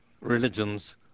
religions